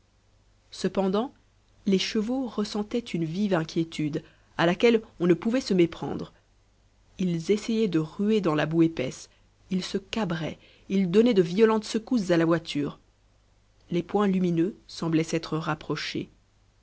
cependant les chevaux ressentaient une vive inquiétude à laquelle on ne pouvait se méprendre ils essayaient de ruer dans la boue épaisse ils se cabraient ils donnaient de violentes secousses à la voiture les points lumineux semblaient s'être rapprochés